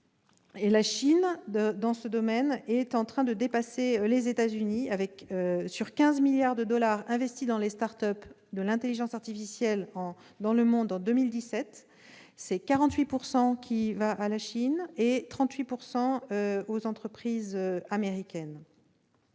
La Chine, dans ce domaine, est en train de dépasser les États-Unis. Ainsi, 48 % des 15 milliards de dollars investis dans les start-up de l'intelligence artificielle dans le monde en 2017 sont allés à la Chine et 38 % aux entreprises américaines.